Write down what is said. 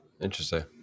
Interesting